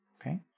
Okay